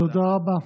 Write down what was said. תודה רבה.